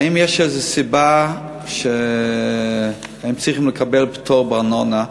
האם יש איזו סיבה שהם צריכים לקבל פטור מארנונה,